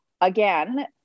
again